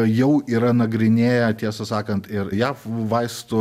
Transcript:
jau yra nagrinėję tiesą sakant ir jav vaistų